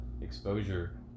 exposure